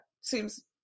seems